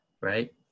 right